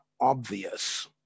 obvious